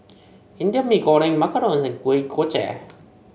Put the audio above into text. Indian Mee Goreng macarons and Kuih Kochi